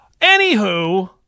anywho